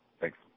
Thanks